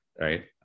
Right